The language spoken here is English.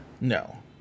No